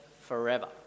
forever